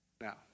Now